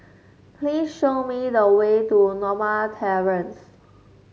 please show me the way to Norma Terrace